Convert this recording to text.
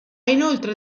inoltre